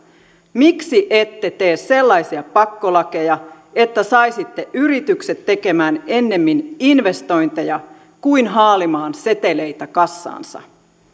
miksi ette tee sellaisia pakkolakeja että saisitte yritykset tekemään ennemmin investointeja kuin haalimaan seteleitä kassaansa